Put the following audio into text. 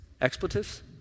expletives